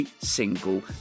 single